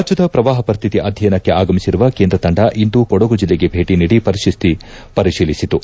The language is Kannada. ರಾಜ್ಯದ ಪ್ರವಾಪ ಪರಿಸ್ವಿತಿ ಅಧ್ಯಯನಕ್ಕೆ ಆಗಮಿಸಿರುವ ಕೇಂದ್ರ ತಂಡ ಇಂದು ಕೊಡಗು ಜಿಲ್ಲೆಗೆ ಭೇಟಿ ನೀಡಿ ಪರಿಸ್ವಿತಿ ಪರಿಶೀಲಿಸಿತು